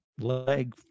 leg